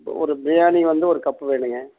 ஒரு பிரியாணி வந்து ஒரு கப்பு வேணுங்க